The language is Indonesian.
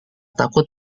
takut